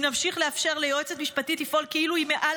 אם נמשיך לאפשר ליועצת המשפטית לפעול כאילו היא מעל